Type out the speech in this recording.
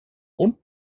und